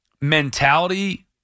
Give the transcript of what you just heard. mentality